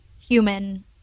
human